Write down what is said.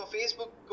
Facebook